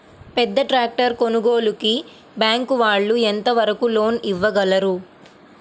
పెద్ద ట్రాక్టర్ కొనుగోలుకి బ్యాంకు వాళ్ళు ఎంత వరకు లోన్ ఇవ్వగలరు?